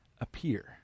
appear